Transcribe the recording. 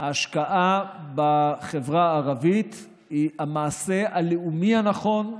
ההשקעה בחברה הערבית היא המעשה הלאומי הנכון,